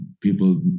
people